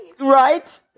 Right